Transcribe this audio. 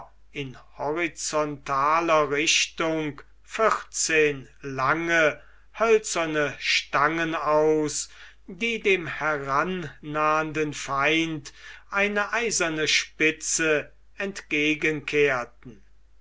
in horizontaler richtung vierzehn lange hölzerne stangen aus die dem herannahenden feind eine eiserne spitze